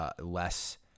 Less